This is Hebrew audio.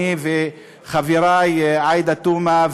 אני וחברי עאידה תומא,